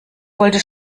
wollte